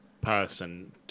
person